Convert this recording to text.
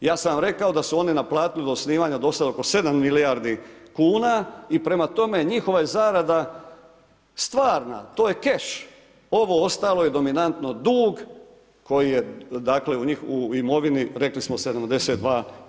Ja sam vam rekao da su one naplatile osnivanja do sada oko 7 milijardi kuna i prema tome, njihova je zarada stvarna, to je cash, ovo ostalo je dominantno dug koji je u imovini rekli smo 72%